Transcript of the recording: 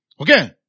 Okay